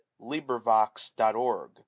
LibriVox.org